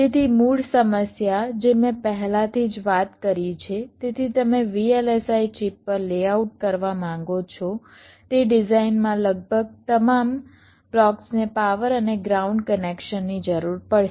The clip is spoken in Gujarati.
તેથી મૂળ સમસ્યા જે મેં પહેલાથી જ વાત કરી છે તેથી તમે VLSI ચિપ પર લેઆઉટ કરવા માંગો છો તે ડિઝાઇનમાં લગભગ તમામ બ્લોક્સ ને પાવર અને ગ્રાઉન્ડ કનેક્શનની જરૂર પડશે